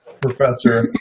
Professor